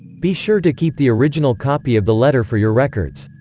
be sure to keep the original copy of the letter for your records.